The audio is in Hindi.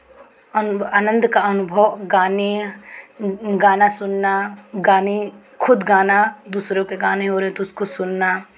आनंद का अनुभव गाने गाना सुनना गाने खुद गाना दूसरों के गाने हो रहे तो उसको सुनना